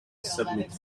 submit